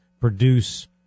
produce